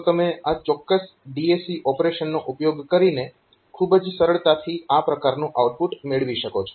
તો તમે આ ચોક્કસ DAC ઓપરેશનનો ઉપયોગ કરીને ખૂબ જ સરળતાથી આ પ્રકારનું આઉટપુટ મેળવી શકો છો